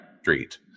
street